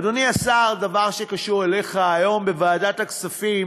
אדוני השר, דבר שקשור אליך: היום בוועדת הכספים